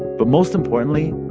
but most importantly,